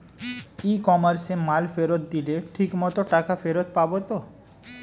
ই কমার্সে মাল ফেরত দিলে ঠিক মতো টাকা ফেরত পাব তো?